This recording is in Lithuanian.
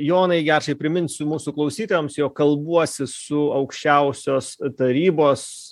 jonai gečai priminsiu mūsų klausytojams jog kalbuosi su aukščiausios tarybos